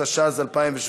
התשע"ז 2017,